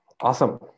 Awesome